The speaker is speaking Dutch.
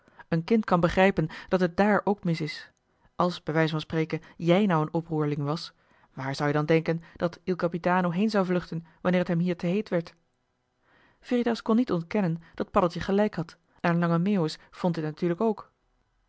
een kind kan begrijpen dat het dààr ook mis is als bij wijze van spreken jij nou een oproerling was waar zou-je dan denken dat joh h been paddeltje de scheepsjongen van michiel de ruijter il capitano heen zou vluchten wanneer t hem hier te heet werd veritas kon niet ontkennen dat paddeltje gelijk had en lange meeuwis vond dit natuurlijk ook